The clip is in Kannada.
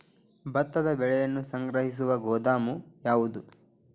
ಭತ್ತದ ಬೆಳೆಯನ್ನು ಸಂಗ್ರಹಿಸುವ ಗೋದಾಮು ಯಾವದು?